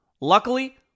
luckily